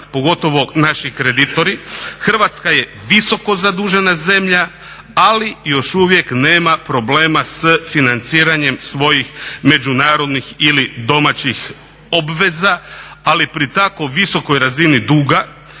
pogotovo naši kreditori, Hrvatska je visoko zadužena zemlja ali još uvijek nema problema s financiranjem svojih međunarodnih ili domaćih obveza, ali pri tako visokoj razini duga